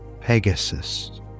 Pegasus